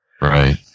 Right